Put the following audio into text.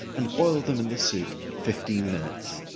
and boil them in the soup fifteen minutes.